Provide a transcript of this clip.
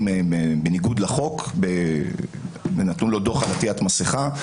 בניגוד לחוק ונתנו לו דוח על עטיית מסכה.